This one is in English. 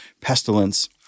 pestilence